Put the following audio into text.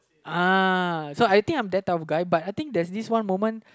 uh so I think I'm that type of guy but I think there's this one moment